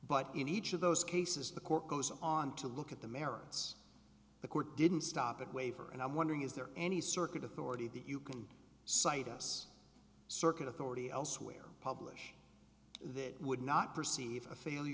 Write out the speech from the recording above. but in each of those cases the court goes on to look at the merits the court didn't stop that waiver and i'm wondering is there any circuit authority that you can cite us circuit authority elsewhere publish that would not perceive